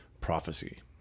prophecy